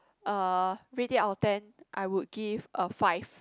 uh rate it out of ten I would give a five